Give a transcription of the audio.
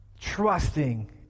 trusting